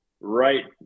right